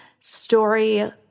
story